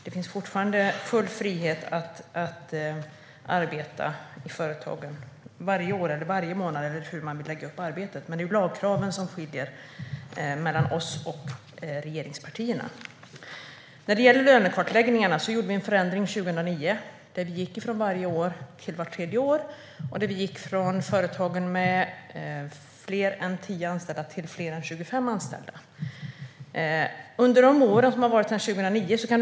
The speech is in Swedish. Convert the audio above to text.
Det finns fortfarande full frihet att arbeta med detta i företagen varje år, varje månad eller hur man nu vill lägga upp arbetet. Men det är i fråga om lagkraven som det skiljer sig åt mellan oss och regeringspartierna. När det gäller lönekartläggningarna gjorde vi en förändring 2009 från varje år till vart tredje år och från företag med fler än 10 anställda till företag med fler än 25 anställda.